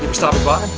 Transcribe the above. stopping by,